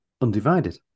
Undivided